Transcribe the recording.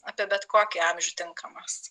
apie bet kokį amžių tinkamas